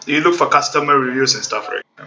you look for customer reviews and stuff right